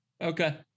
Okay